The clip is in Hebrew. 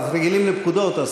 רגילים לפקודות, אז